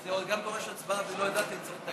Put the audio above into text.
זה לא דורש הצבעה, ניסן?